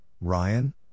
Ryan